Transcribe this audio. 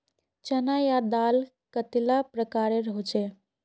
चना या दाल कतेला प्रकारेर होचे?